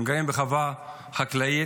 הם גרים בחווה חקלאית,